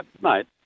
Mate